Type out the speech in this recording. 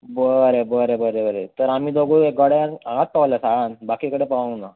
बरें बरें बरें बरें तर आमी दोगांय गड्यांक हांगाच पावल्यात सालांत बाकी कडेन पावूंक नात